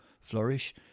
flourish